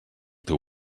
teu